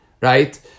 right